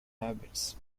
habits